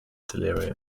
delirium